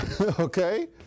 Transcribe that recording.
okay